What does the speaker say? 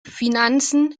finanzen